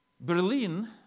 Berlin